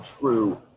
true